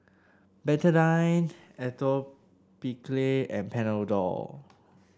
Betadine Atopiclair and Panadol